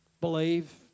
Believe